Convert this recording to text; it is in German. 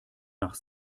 nach